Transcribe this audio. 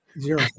Zero